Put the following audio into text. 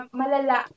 malala